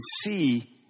see